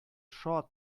шат